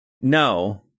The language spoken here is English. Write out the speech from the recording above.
No